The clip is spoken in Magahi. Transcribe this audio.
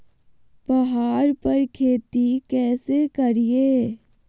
पहाड़ पर खेती कैसे करीये?